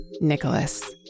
Nicholas